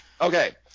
Okay